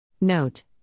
Note